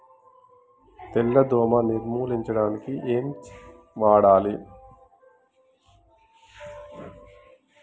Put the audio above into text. తెల్ల దోమ నిర్ములించడానికి ఏం వాడాలి?